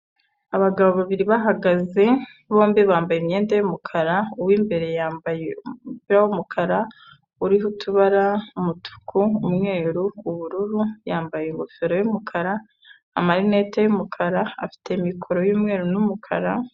Abagabo babiri bahagaze, bombi bambaye imyenda y'umukara, uw'imbere yambaye umupira w'umukara, uriho utubara umutuku, umweru, ubururu, yambaye ingofero y'umukara, amarinete y'umukara, afite mikoro y'umweru n'umukara.